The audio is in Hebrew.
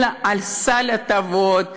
אלא לסל הטבות -- תודה.